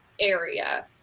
area